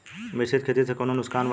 मिश्रित खेती से कौनो नुकसान वा?